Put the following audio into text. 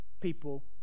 people